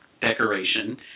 decoration